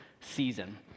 season